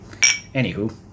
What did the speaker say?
Anywho